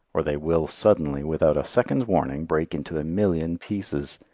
or they will suddenly, without a second's warning, break into a million pieces.